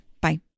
Bye